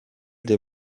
des